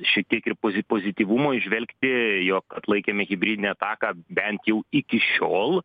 šitiek ir pozi pozityvumo įžvelgti jog atlaikėme hibridinę ataką bent jau iki šiol